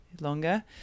longer